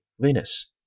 Venus